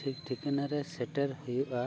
ᱴᱷᱤᱠ ᱴᱷᱤᱠᱟᱹᱱᱟᱨᱮ ᱥᱮᱴᱮᱨ ᱦᱩᱭᱩᱜᱼᱟ